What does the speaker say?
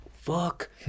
fuck